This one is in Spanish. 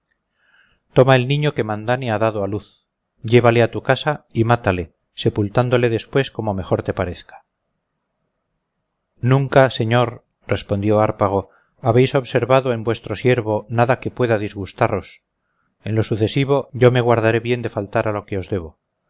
toma el niño que mandane ha dado a luz llévale a tu casa y mátale sepultándole después como mejor te parezca nunca señor respondió hárpago habréis observado en vuestro siervo nada que pueda disgustarlos en lo sucesivo yo me guardaré bien de faltar a lo que os debo